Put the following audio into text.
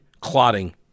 clotting